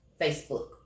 Facebook